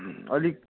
अलिक